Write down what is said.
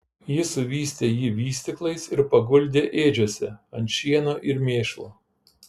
ji suvystė jį vystyklais ir paguldė ėdžiose ant šieno ir mėšlo